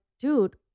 dude